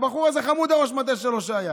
הבחור הזה חמוד, ראש המטה שלו שהיה.